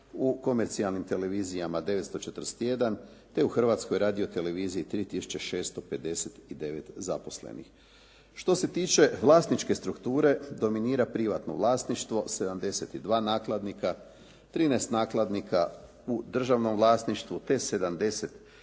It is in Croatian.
u komercijalnim televizijama 941 te u Hrvatskoj radio televiziji 3 tisuće 659 zaposlenih. Što se tiče vlasničke strukture dominira privatno vlasništvo, 72 nakladnika, 13 nakladnika u državnom vlasništvu te 71 nakladnik